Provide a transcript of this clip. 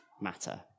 matter